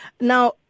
Now